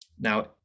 Now